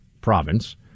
province